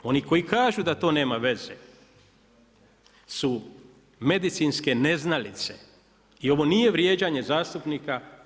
Oni koji kažu da to nema veze su medicinske neznalice i ovo nije vrijeđanje zastupnika.